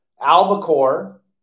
albacore